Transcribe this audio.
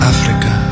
Africa